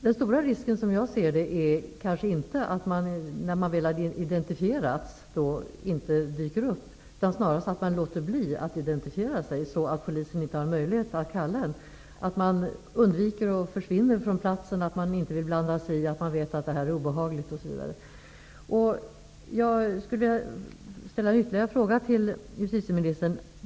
Som jag ser det är den stora risken kanske inte att vittnen när de väl har identifierats inte dyker upp utan snarast att de låter bli att identifiera sig, så att polisen inte har möjlighet att kalla dem, dvs. att de försvinner från platsen, att de inte vill blanda sig i och att de vet att det är obehagligt, osv. Jag skulle vilja ställa ytterligare en fråga till justitieministern.